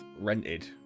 rented